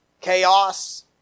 Chaos